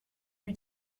lui